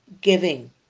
giving